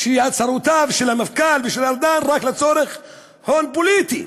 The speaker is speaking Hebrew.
שהצהרותיו של המפכ"ל ושל ארדן הן רק לצורך הון פוליטי.